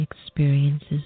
experiences